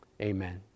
amen